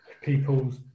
people's